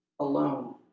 alone